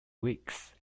weeks